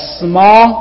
small